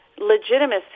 legitimacy